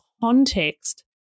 context